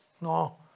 No